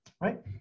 right